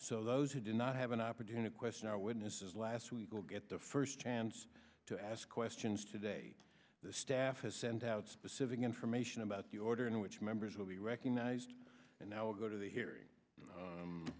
so those who did not have an opportunity question our witnesses last week will get the first chance to ask questions today the staff has sent out specific information about the order in which members will be recognized and now go to the hearing